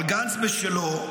אבל גנץ בשלו,